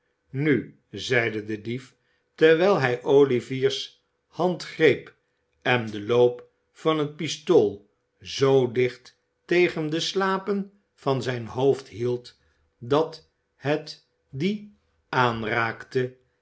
nu zeide de dief terwijl hij olivier's hand greep en den loop van het pistool zoo dicht tegen de slapen van zijn hoofd hield dat het die aanraakte